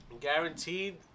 Guaranteed